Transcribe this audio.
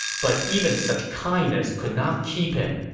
but even such kindness could not keep him,